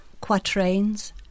Quatrains